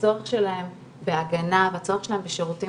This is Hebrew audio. והצורך שלהם בהגנה והצורך שלהם בשירותים